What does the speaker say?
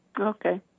okay